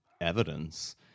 evidence